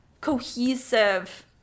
cohesive